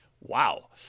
wow